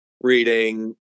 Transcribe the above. reading